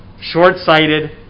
short-sighted